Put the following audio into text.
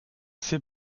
ces